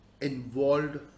involved